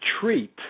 treat